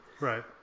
Right